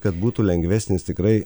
kad būtų lengvesnis tikrai